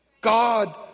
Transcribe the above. God